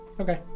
Okay